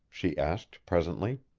she asked presently.